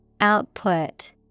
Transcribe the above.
Output